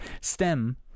STEM